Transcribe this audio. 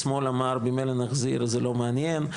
השמאל אמר ממילא נחזיר, זה לא מעניין.